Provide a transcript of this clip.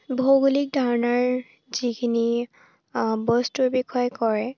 ভৌগোলিক ধাৰণাৰ যিখিনি বস্তুৰ বিষয় কয়